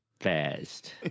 fast